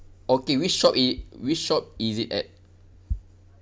okay which shop i~ which shop is it at